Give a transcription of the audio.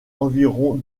environ